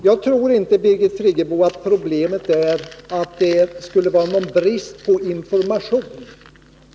Jag tror inte, Birgit Friggebo, att problemet är att det skulle vara någon brist på information.